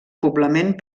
poblament